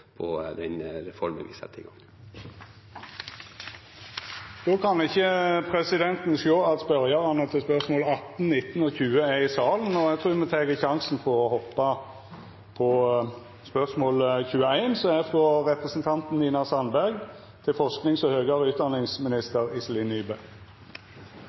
på den reformen vi setter i gang. Presidenten kan ikkje sjå at spørjarane til spørsmål 18, 19 og 20 er i salen. Me tek sjansen på å hoppa til spørsmål 21, som er frå representanten Nina Sandberg til forskings- og høgare utdanningsminister Iselin Nybø.